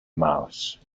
mouse